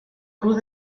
cruz